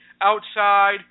outside